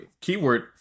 Keyword